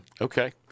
okay